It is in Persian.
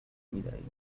میدهید